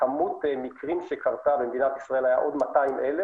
כמות המקרים שקרתה במדינת ישראל הייתה עוד 200,000,